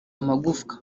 amagufwa